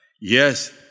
Yes